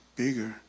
bigger